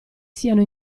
siano